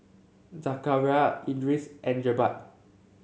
Zakaria Idris and Jebat